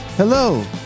Hello